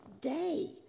day